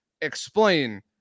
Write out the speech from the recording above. explain